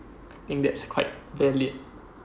I think that's quite valid